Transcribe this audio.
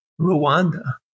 Rwanda